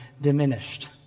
diminished